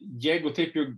jeigu taip jau